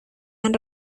han